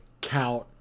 count